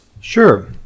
Sure